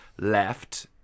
left